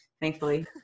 thankfully